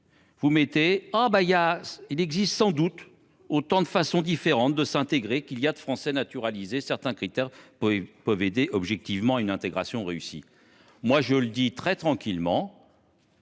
– qu’il « existe sans doute autant de façons différentes de s’intégrer qu’il y a de Français naturalisés », et que « certains critères peuvent aider à objectiver une intégration réussie ». Je le dis très tranquillement